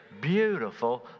beautiful